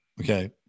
Okay